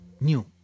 new